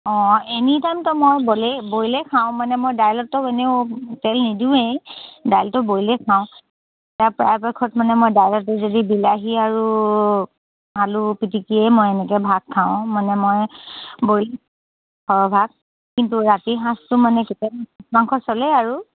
অঁ এনি টাইমটো মই বইলে বইলেই খাওঁ মানে মই দাইলততো মানেও তেল নিদিওঁৱেই দাইলটো বইলেই খাওঁ পৰাপক্ষত মানে মই দাইলতে যদি বিলাহী আৰু আলু পিটিকিয়েই মই এনেকে ভাত খাওঁ মানে মই বইল সৰহ ভাগ কিন্তু ৰাতিৰ সাঁজটো মানে কেতিয়াবা মাংস চলে আৰু